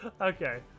Okay